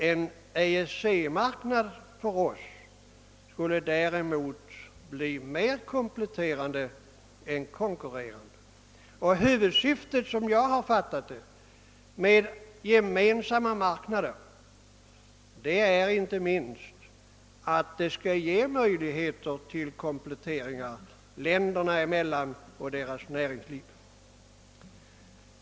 En EEC-marknad skulle däremot för oss bli mer kompletterande än konkurrerande. Syftet med gemensamma marknader är, som jag har fattat det, inte minst att de skall ge möjligheter till kompletteringar länderna och deras näringsliv emellan.